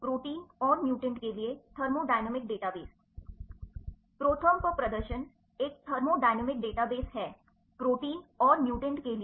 ProTherm पर प्रदर्शन एक थर्मोडिनामिक डेटाबेस है प्रोटीन और म्यूटेंट के लिए